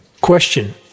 Question